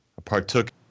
partook